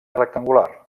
rectangular